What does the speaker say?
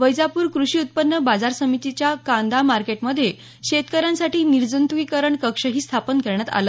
वैजाप्र कृषी उत्पन्न बाजार समितीतल्या कांदा मार्केटमध्ये शेतकऱ्यांसाठी निर्जंतुकीकरण कक्षही स्थापन करण्यात आला